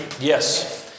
Yes